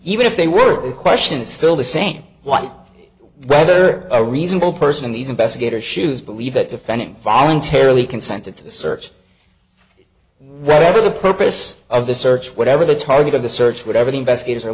even if they were the question is still the same one whether a reasonable person in these investigator shoes believe that defending voluntarily consented to the search reading the purpose of the search whatever the target of the search whatever the investigators